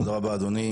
תודה רבה אדוני.